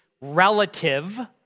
relative